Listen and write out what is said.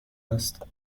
است